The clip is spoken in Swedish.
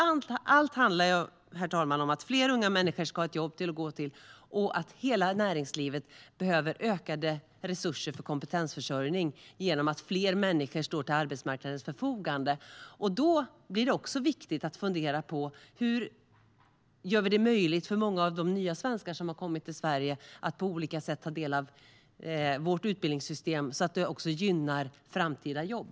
Allt handlar, herr talman, nämligen om att fler unga människor ska ha ett jobb att gå till och att hela näringslivet behöver ökade resurser för kompetensförsörjning genom att fler människor står till arbetsmarknadens förfogande. Då blir det också viktigt att fundera på: Hur gör vi det möjligt för många av de nya svenskar som har kommit till Sverige att på olika sätt ta del av vårt utbildningssystem, så att det också gynnar framtida jobb?